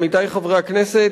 עמיתי חברי הכנסת,